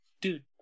dude